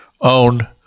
own